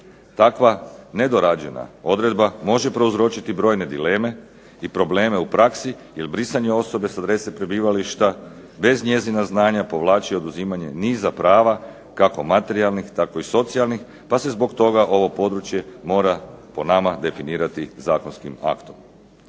Takva nedorađena odredba može prouzročiti brojne dileme i probleme u praksi jer brisanje osobe s adrese prebivališta bez njezina znanja povlači oduzimanje niza prava, kako materijalnih tako i socijalnih. Pa se zbog toga ovo područje mora, po nama, definirati zakonskim aktom.